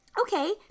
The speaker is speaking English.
Okay